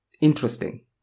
interesting